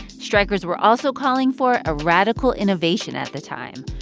strikers were also calling for a radical innovation at the time,